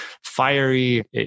fiery